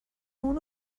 اون